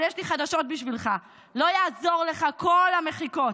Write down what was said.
אבל יש לי חדשות בשבילך: לא יעזרו לך כל המחיקות,